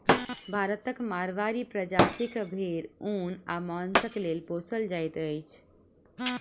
भारतक माड़वाड़ी प्रजातिक भेंड़ ऊन आ मौंसक लेल पोसल जाइत अछि